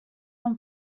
amb